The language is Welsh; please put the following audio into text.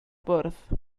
bwrdd